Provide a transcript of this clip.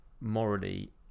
morally